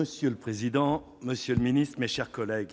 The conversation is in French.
Monsieur le président, monsieur le ministre, mes chers collègues,